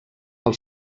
pel